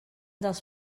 dels